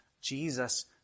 Jesus